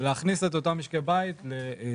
לאותם משקי בית שהם